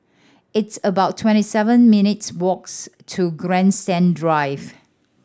it's about twenty seven minutes' walks to Grandstand Drive